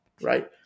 right